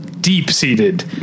deep-seated